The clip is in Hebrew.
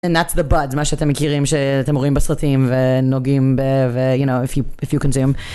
And that's the buds, מה שאתם מכירים, שאתם רואים בסרטים, ונוגעים, וyou know, if you consume.